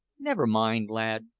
never mind, lad,